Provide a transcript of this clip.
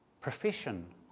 Profession